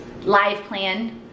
LivePlan